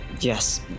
Yes